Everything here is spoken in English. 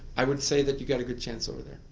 i would say that you've got a good chance over there.